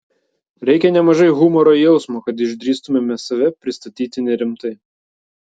reikia nemažai humoro jausmo kad išdrįstumėme save pristatyti nerimtai